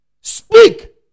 Speak